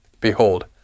Behold